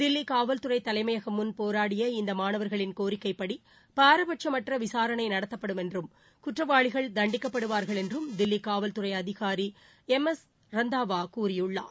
தில்லி காவல்துறை தலைமையகம் முன் போராடிய இந்த மாணவர்களின் கோரிக்கைப்படி பாரபட்சமற்ற விசாரணை நடத்தப்படும் என்றும் குற்றவாளிகள் தண்டிக்கப்படுவார்கள் என்றும் தில்லி காவல்துறை அதிகாரி எம் எஸ் ரந்தாவா கூறியுள்ளார்